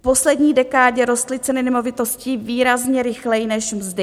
V poslední dekádě rostly ceny nemovitostí výrazně rychleji než mzdy.